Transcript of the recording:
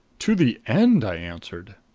to the end, i answered.